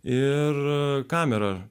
ir kamerą